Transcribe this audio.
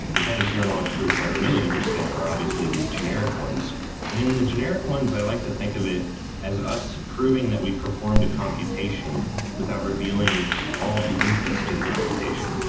the kind of zero knowledge that are really interesting are obviously these generic ones and then the generic ones, i like to think of it as us proving that we perform the computation without revealing all of the inputs to the computation.